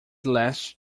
last